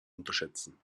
unterschätzen